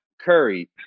Curry